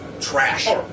trash